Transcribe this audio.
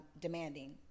demanding